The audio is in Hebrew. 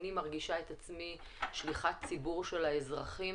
אני מרגישה את עצמי שליחת ציבור של האזרחים